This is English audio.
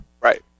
right